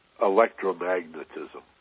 electromagnetism